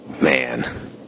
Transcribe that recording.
man